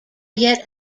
yet